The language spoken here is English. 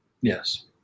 Yes